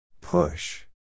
Push